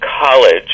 college